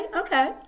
okay